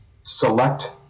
select